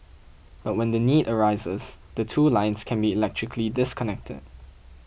but when the need arises the two lines can be electrically disconnected